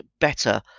better